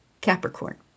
Capricorn